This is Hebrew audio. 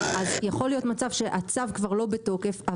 אז יכול להיות מצב שהצו כבר לא בתוקף,